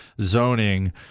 zoning